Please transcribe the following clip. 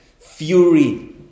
fury